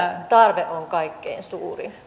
tarve on kaikkein suurin